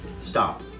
Stop